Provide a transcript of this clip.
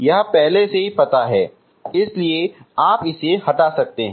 यह पहले से ही पता है इसलिए आप इसे हटा सकते हैं